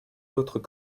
autres